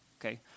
Okay